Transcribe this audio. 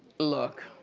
look.